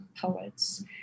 poets